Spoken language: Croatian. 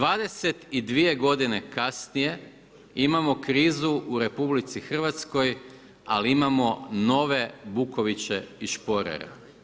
22 godine kasnije imamo krizu u RH ali imamo nove Bukoviće i Šporere.